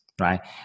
right